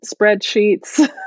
spreadsheets